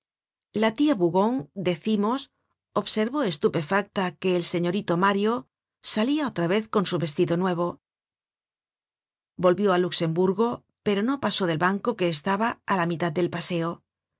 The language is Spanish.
la tia bougon decimos observó estupefacta que el señorito mario salia otra vez con su vestido nuevo volvió al luxemburgo pero no pasó del banco que estaba á la mitad del paseo